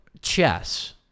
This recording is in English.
chess